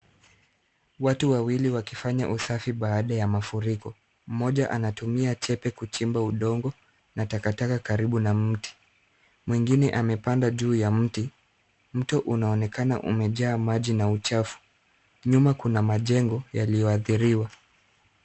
Watu wawili wakifanya usafi baada ya mafuriko. Mmoja anatumia chepe kuchimba udongo na takataka karibu na mti. Mwingine amepanda juu ya mti. Mto unaonekana umejaa maji na uchafu. Nyuma kuna majengo yaliyoadhiriwa.